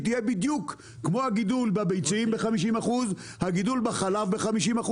תהיה בדיוק כמו הגידול בביצים ב-50% והגידול בחלב ב-50%.